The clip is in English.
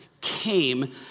came